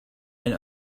and